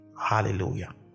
Hallelujah